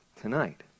tonight